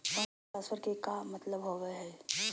Fund transfer के का मतलब होव हई?